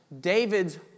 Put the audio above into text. David's